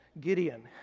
Gideon